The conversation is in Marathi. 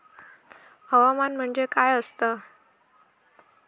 हवामान म्हणजे काय असता?